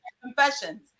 confessions